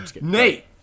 nate